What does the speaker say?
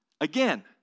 Again